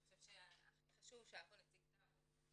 אני חושבת שהכי חשוב שהיה פה נציג טאבו.